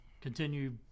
continue